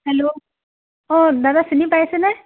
hello অ' দাদা চিনি পাইছে নে